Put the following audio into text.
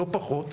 לא פחות,